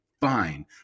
Fine